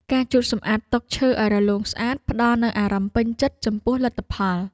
ការជូតសម្អាតតុឈើឱ្យរលោងស្អាត ផ្តល់នូវអារម្មណ៍ពេញចិត្តចំពោះលទ្ធផល។